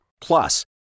Plus